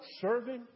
serving